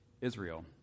Israel